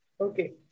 okay